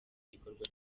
igikorwa